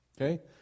Okay